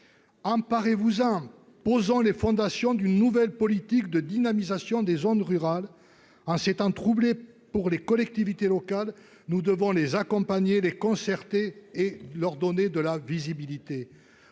emparez vous en posant les fondations d'une nouvelle politique de dynamisation des zones rurales en ces temps troublés pour les collectivités locales, nous devons les accompagner les concertée et leur donner de la visibilité